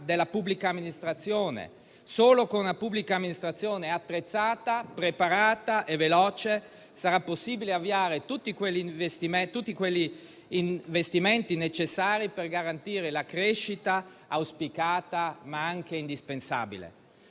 della pubblica amministrazione. Solo con una pubblica amministrazione attrezzata, preparata e veloce sarà possibile avviare tutti quegli investimenti necessari per garantire la crescita auspicata, ma anche indispensabile.